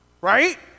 right